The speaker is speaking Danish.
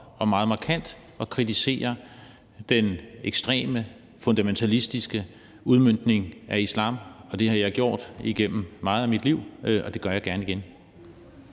og meget markant kritisere den ekstreme, fundamentalistiske udmøntning af islam, og det har jeg gjort igennem meget af mit liv, og det gør jeg gerne igen.